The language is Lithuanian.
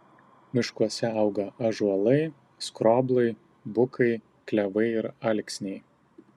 miškuose auga ąžuolai skroblai bukai klevai ir alksniai